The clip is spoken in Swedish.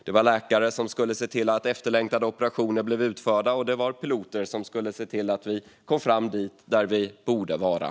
Det var läkare som skulle se till att efterlängtade operationer blev utförda, och det var piloter som skulle se till att vi kom fram dit där vi borde vara.